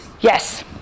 Yes